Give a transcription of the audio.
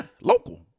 local